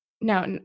Now